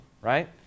right